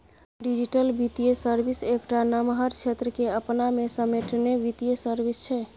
digital बित्तीय service एकटा नमहर क्षेत्र केँ अपना मे समेटने बित्तीय सर्विस छै